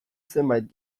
zenbait